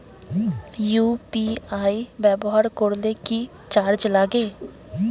UPI ব্যবহার করলে কি চার্জ লাগে?